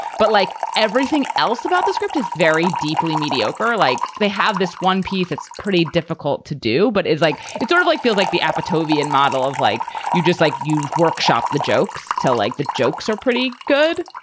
but like everything else about the script is very deeply mediocre. like they have this one piece, it's pretty difficult to do, but it's like it's sort of like feel like the apatow movie and model of like you just like you workshop the jokes till like the jokes are pretty good.